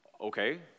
Okay